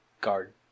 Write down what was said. guard